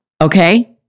okay